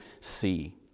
see